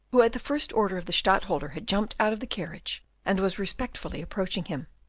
who at the first order of the stadtholder had jumped out of the carriage, and was respectfully approaching him.